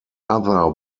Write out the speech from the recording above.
other